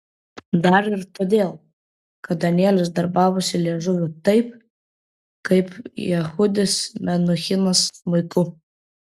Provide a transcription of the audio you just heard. dar ir todėl kad danielius darbavosi liežuviu taip kaip jehudis menuhinas smuiku